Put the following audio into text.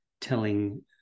telling